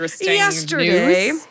yesterday